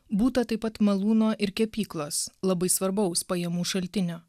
būta taip pat malūno ir kepyklos labai svarbaus pajamų šaltinio